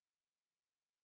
oh okay